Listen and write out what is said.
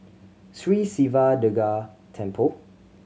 Sri Siva Durga Temple